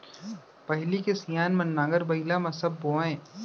पहिली के सियान मन नांगर बइला म सब बोवयँ